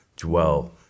Dwell